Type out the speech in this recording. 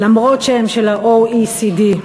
אף-על-פי שהם של ה-OECD.